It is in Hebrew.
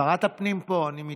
שרת הפנים פה, אני מתנצל.